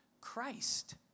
Christ